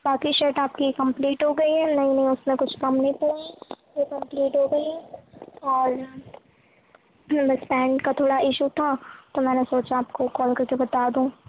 باقی شٹ آپ کی کمپلیٹ ہو گئی ہے نہیں نہیں اس میں کچھ کم نہیں پڑا ہے وہ کمپلیٹ ہو گئی ہے اور بس پینٹ کا تھوڑا ایشو تھا تو میں نے سوچا آپ کو کال کر کے بتا دوں